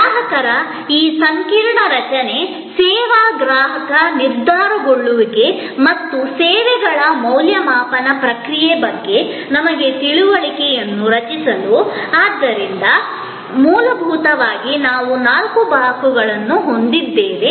ಗ್ರಾಹಕರ ಈ ಸಂಪೂರ್ಣ ರಚನೆ ಸೇವಾ ಗ್ರಾಹಕ ನಿರ್ಧಾರ ತೆಗೆದುಕೊಳ್ಳುವಿಕೆ ಮತ್ತು ಸೇವೆಗಳ ಮೌಲ್ಯಮಾಪನ ಪ್ರಕ್ರಿಯೆಯ ಬಗ್ಗೆ ನಮ್ಮ ತಿಳುವಳಿಕೆಯನ್ನು ರಚಿಸಲು ಆದ್ದರಿಂದ ಮೂಲಭೂತವಾಗಿ ನಾವು ನಾಲ್ಕು ಬ್ಲಾಕ್ಗಳನ್ನು ಹೊಂದಿದ್ದೇವೆ